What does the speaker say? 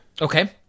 okay